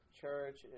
church